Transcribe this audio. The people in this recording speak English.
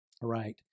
right